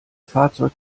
fahrzeug